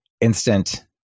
instant